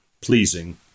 pleasing